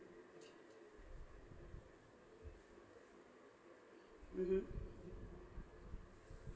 mmhmm